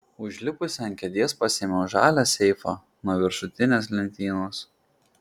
užlipusi ant kėdės pasiėmiau žalią seifą nuo viršutinės lentynos